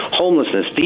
homelessness